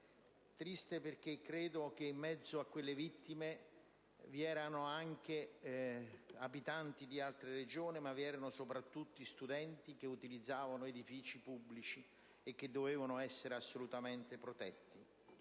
triste perché in mezzo a quelle vittime vi erano non solo abitanti di altre regioni, ma soprattutto studenti che utilizzavano edifici pubblici e che avrebbero dovuto essere assolutamente protetti.